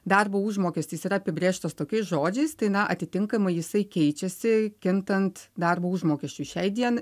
darbo užmokestis yra apibrėžtas tokiais žodžiais tai na atitinkamai jisai keičiasi kintant darbo užmokesčiui šiai dien